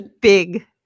big